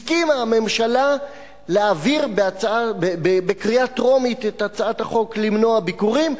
הסכימה הממשלה להעביר בקריאה טרומית את הצעת החוק למנוע ביקורים,